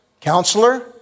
counselor